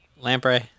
Lamprey